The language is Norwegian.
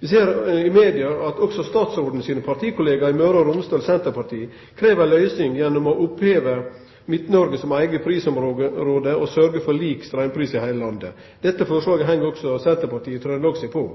Vi ser i media at også statsråden sine partikollegaer i Møre og Romsdal Senterparti krev ei løysing gjennom å oppheve Midt-Noreg som eige prisområde og sørgje for lik straumpris i heile landet. Dette forslaget heng også Senterpartiet i Trøndelag seg på.